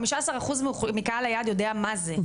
15 אחוז מקהל היעד יודע מה זה,